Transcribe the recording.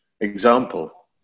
example